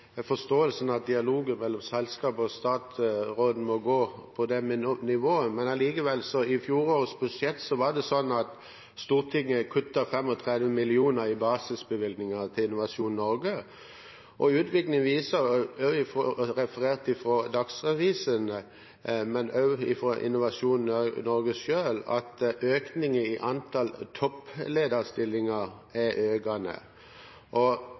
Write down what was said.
slik at dialogen mellom selskapet og statsråden må gå på det med nivå, men i fjorårets budsjett var det likevel slik at Stortinget kuttet 35 mill. kr i basisbevilgninger til Innovasjon Norge. Utviklingen viser, med referanse til Dagsavisen og Innovasjon Norge selv, en økning i antall topplederstillinger. Når det blir flere og